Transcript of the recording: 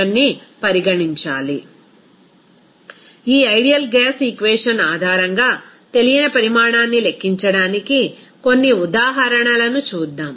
refer slide టైం1048 ఈ ideal gas equation ఆధారంగా తెలియని పరిమాణాన్ని లెక్కించడానికి కొన్ని ఉదాహరణలను చూద్దాం